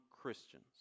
Christians